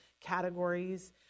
categories